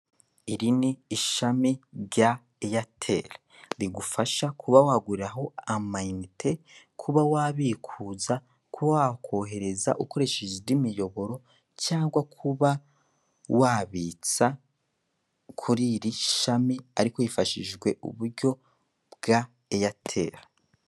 Iri ni ishami rya airtel, rigufasha kuba waguriraho amiyinite, kuba wabikuza, ku wakohereza ukoresheje indi miyoboro, cyangwa kuba wabitsa kuri iri shami ariko hifashishijwe uburyo bwa airtel.